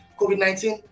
COVID-19